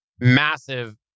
massive